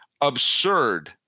absurd